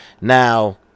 now